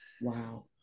Wow